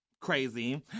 Crazy